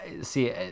see